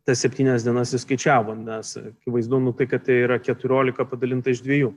tas septynias dienas suskaičiavo nes akivaizdu nu tai kad tai yra keturiolika padalinta iš dviejų